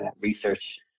research